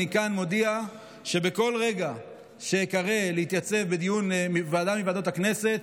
אני מודיע כאן שבכל רגע שבו אקרא להתייצב בדיון בוועדה מוועדות הכנסת,